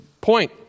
point